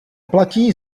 platí